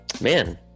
man